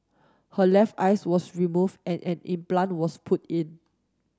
her left eyes was removed and an implant was put in